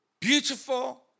beautiful